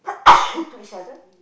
to each other